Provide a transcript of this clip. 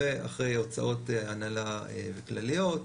ואחרי הוצאות הנהלה כלליות,